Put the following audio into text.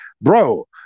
bro